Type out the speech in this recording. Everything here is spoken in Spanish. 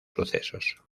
sucesos